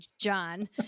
John